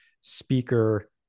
speaker